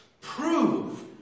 prove